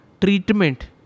treatment